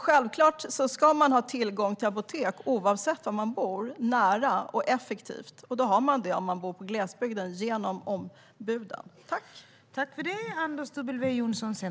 Självklart ska människor ha tillgång till apotek oavsett var man bor, nära och effektivt. Bor de i glesbygd har de det genom ombuden.